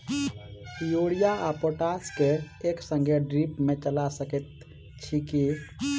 Urea आ potash केँ एक संगे ड्रिप मे चला सकैत छी की?